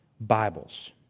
Bibles